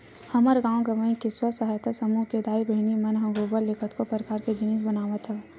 हमर गाँव गंवई के स्व सहायता समूह के दाई बहिनी मन ह गोबर ले कतको परकार के जिनिस बनावत हवय